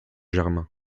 germain